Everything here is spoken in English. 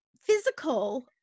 physical